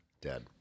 dead